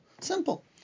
Simple